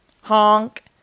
Honk